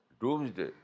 doomsday